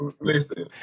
listen